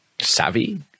savvy